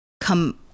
come